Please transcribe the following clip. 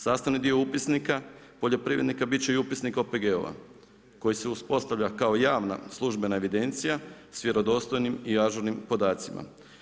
Sastavni dio upisnika, poljoprivrednika, biti će i upisnik OPG-ova, koji se uspostavlja kao javna službena evidencija sa vjerodostojnim i ažurnim podacima.